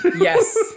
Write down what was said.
Yes